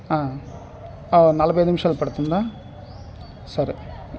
ఓ నలభై నిమిషాలు పడుతుందా సరే